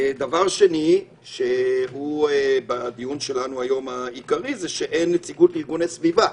דבר שני שהוא העיקרי בדיון שלנו היום זה שאין נציגות לארגוני סביבה.